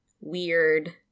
weird